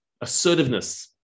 assertiveness